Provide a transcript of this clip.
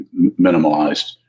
minimalized